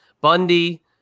Bundy